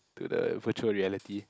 to the virtual reality